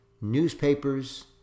newspapers